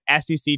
SEC